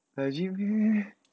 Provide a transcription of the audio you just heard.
legit meh